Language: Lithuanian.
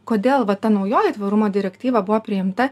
kodėl va ta naujoji tvarumo direktyva buvo priimta